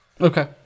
Okay